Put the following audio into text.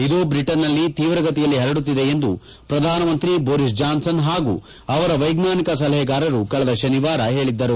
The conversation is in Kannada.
ಇದು ಬ್ರಿಟನ್ನಲ್ಲಿ ತೀವ್ರಗತಿಯಲ್ಲಿ ಹರಡುತ್ತಿದೆ ಎಂದು ಪ್ರಧಾನಮಂತ್ರಿ ಬೋರಿಸ್ ಜಾನ್ಸನ್ ಹಾಗೂ ಅವರ ವೈಜ್ಞಾನಿಕ ಸಲಹೆಗಾರರು ಕಳೆದ ಶನಿವಾರ ಹೇಳಿದ್ದರು